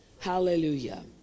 Hallelujah